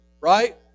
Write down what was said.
right